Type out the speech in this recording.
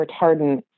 retardant